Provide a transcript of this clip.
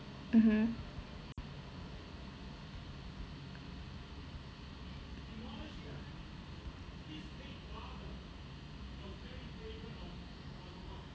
mmhmm